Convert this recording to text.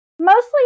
Mostly